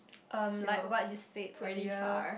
um like what you said earlier